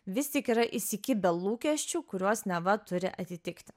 vis tik yra įsikibę lūkesčių kuriuos neva turi atitikti